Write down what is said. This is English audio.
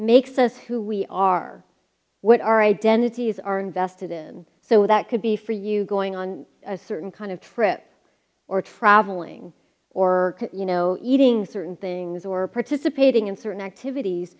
makes us who we are what our identities are invested in so that could be for you going on a certain kind of trip or traveling or you know eating certain things or participating in certain activities